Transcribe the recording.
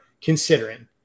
considering